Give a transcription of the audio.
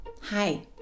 Hi